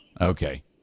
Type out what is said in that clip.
okay